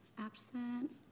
Absent